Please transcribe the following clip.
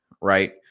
Right